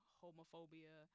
homophobia